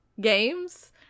games